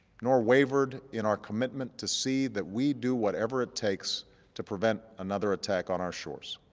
nor wavered in our commitment to see that we do whatever it takes to prevent another attack on our shores.